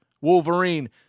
Wolverine